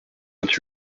vingt